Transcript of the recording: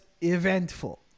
eventful